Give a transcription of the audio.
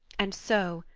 and so,